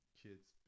kids